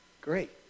Great